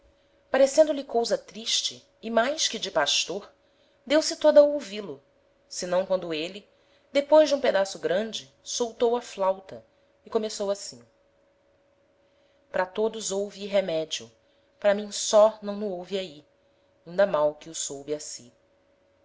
ama parecendo-lhe cousa triste e mais que de pastor deu-se toda a ouvi-lo senão quando êle depois de um pedaço grande soltou a flauta e começou assim p'ra todos houve hi remedio p'ra mim só não no houve ahi inda mal que o soube assi